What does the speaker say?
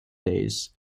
days